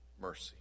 mercy